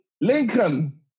Lincoln